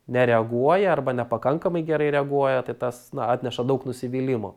nereaguoja arba nepakankamai gerai reaguoja tai tas atneša daug nusivylimo